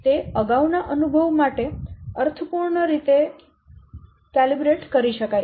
તે અગાઉ ના અનુભવ માટે અર્થપૂર્ણ રીતે માપાંકિત કરી શકાય છે